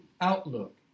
outlook